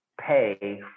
pay